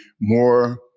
more